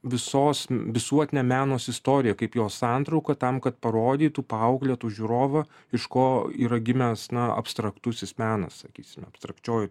visos visuotinę meno istoriją kaip jos santrauką tam kad parodytų paauklėtų žiūrovą iš ko yra gimęs na abstraktusis menas sakysime abstrakčioji